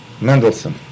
Mendelssohn